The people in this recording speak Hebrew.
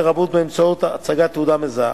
לרבות באמצעות הצגת תעודה מזהה.